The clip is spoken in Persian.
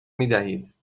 میدهید